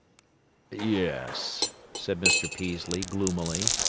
yes, said mr. peaslee, gloomily.